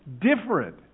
different